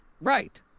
Right